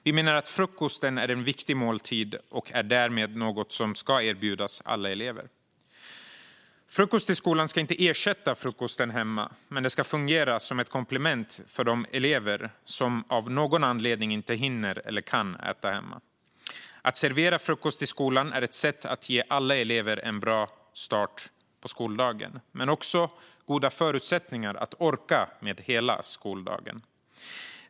Vi menar att frukosten är en viktig måltid och därmed något som ska erbjudas alla elever. Frukosten i skolan ska inte ersätta frukosten hemma, men den ska fungera som ett komplement för de elever som av någon anledning inte hinner eller kan äta hemma. Att servera frukost i skolan är ett sätt att ge alla elever en bra start men också goda förutsättningar att orka hela skoldagen.